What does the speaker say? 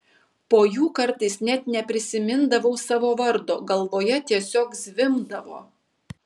po jų kartais net neprisimindavau savo vardo galvoje tiesiog zvimbdavo